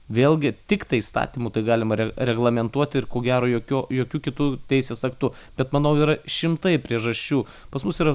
vėlgi tiktai įstatymu tai galima reglamentuoti ir ko gero jokiu jokiu kitu teisės aktu bet manau yra šimtai priežasčių pas mus yra